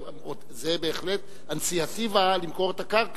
זה בהחלט איניציאטיבה למכור את הקרקע,